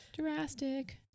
Drastic